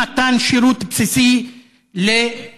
יש בו אי-מתן שירות בסיסי לתושב.